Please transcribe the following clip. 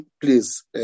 please